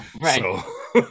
Right